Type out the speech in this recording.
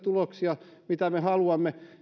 tuloksia mitä me haluamme